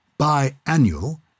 Biannual